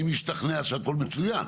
אם נשתכנע שהכול מצוין.